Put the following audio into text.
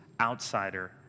outsider